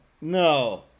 No